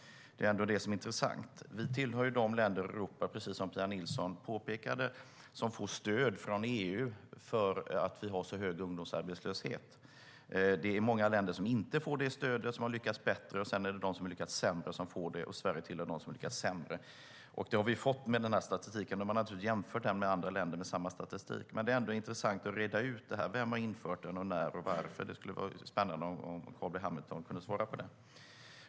Det är ändå det som är intressant. Som Pia Nilsson påpekade tillhör vi de länder i Europa som får stöd från EU för att vi har så hög ungdomsarbetslöshet. Det är många länder som inte får det stödet och som har lyckats bättre. Sedan finns de som har lyckats sämre och som får det, och Sverige tillhör dem som har lyckats sämre, enligt den här statistiken. Man har naturligtvis jämfört med andra länder med samma statistik. Men det är ändå intressant att reda ut det här. Vem har infört den, när och varför? Det skulle vara spännande om Carl B Hamilton kunde svara på det.